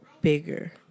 bigger